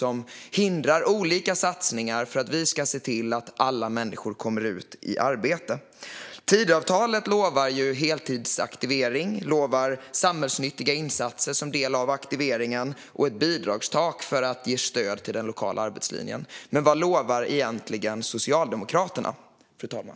De hindrar olika satsningar som kan se till att alla människor kommer ut i arbete. Tidöavtalet lovar heltidsaktivering, samhällsnyttiga insatser som del av aktiveringen och ett bidragstak för att ge stöd åt den lokala arbetslinjen. Men vad lovar egentligen Socialdemokraterna, fru talman?